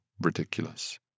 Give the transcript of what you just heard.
ridiculous